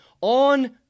on